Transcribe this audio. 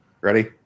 Ready